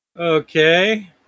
Okay